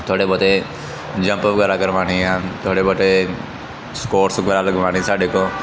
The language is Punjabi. ਥੋੜ੍ਹੇ ਬਹੁਤੇ ਜੰਪ ਵਗੈਰਾ ਕਰਵਾਉਣੇ ਆ ਥੋੜ੍ਹੇ ਬਹੁਤੇ ਸਕੋਟਸ ਵਗੈਰਾ ਲਗਵਾਉਣੇ ਸਾਡੇ ਕੋਲ